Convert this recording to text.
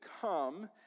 come